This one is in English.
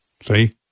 See